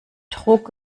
druck